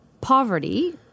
poverty